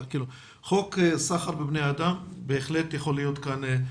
חוק סחר בבני אדם בהחלט יכול להיות כאן,